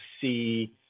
see